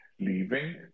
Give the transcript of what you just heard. leaving